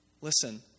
Listen